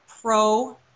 pro